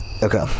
Okay